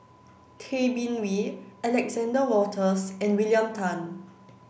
Tay Bin Wee Alexander Wolters and William Tan